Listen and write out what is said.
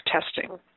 testing